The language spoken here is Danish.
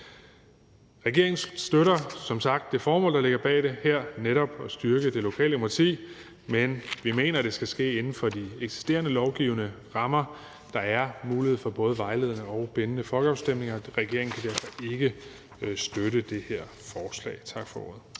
Regeringen støtter som sagt det formål, der ligger bag det her, netop at styrke det lokale demokrati, men vi mener, det skal ske inden for de eksisterende lovgivende rammer. Der er mulighed for både vejledende og bindende folkeafstemninger, så regeringen kan derfor ikke støtte det her forslag. Tak for ordet.